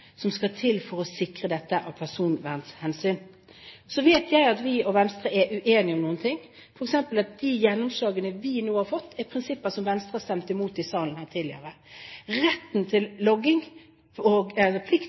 som skal til for å sikre dette av personvernhensyn. Så vet jeg at vi og Venstre er uenige om noen ting, f.eks. at de gjennomslagene vi nå har fått, er prinsipper som Venstre stemte imot i salen her tidligere. Plikten til logging og retten til